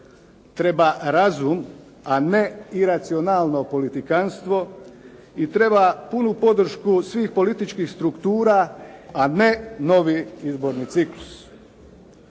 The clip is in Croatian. treba razum a ne iracionalno politikantstvo i treba punu podršku svih političkih struktura a ne novi izborni ciklus.